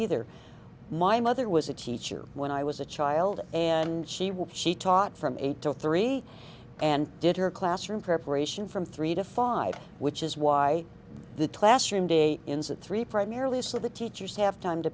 either my mother was a teacher when i was a child and she would she taught from eight to three and did her classroom preparation from three to five which is why the last room day ins at three primarily so the teachers have time to